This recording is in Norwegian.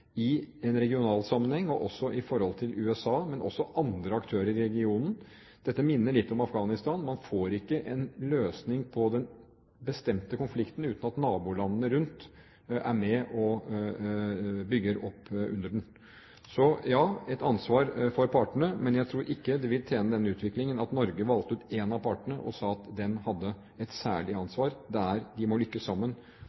i en regional sammenheng og i forholdet til USA – men også andre aktører i regionen. Dette minner litt om Afghanistan; man får ikke en løsning på den bestemte konflikten uten at nabolandene rundt er med og bygger opp under den. Så, ja, et ansvar for partene, men jeg tror ikke det vil tjene denne utviklingen at Norge valgte ut én av partene og sa at den hadde et særlig